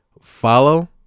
Follow